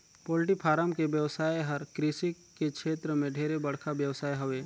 poultry farm के बेवसाय हर कृषि के छेत्र में ढेरे बड़खा बेवसाय हवे